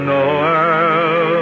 Noel